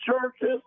churches